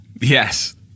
Yes